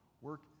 work